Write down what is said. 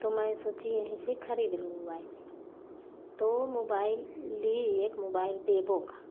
तो मैं सोची यहीं से ख़रीद लूँ मोबाइल तो मोबाइल ली एक मोबाइल बेबो का